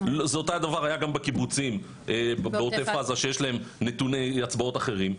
אותו הדבר היה בקיבוצים בעוטף עזה שיש להם נתוני הצבעות אחרים,